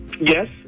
yes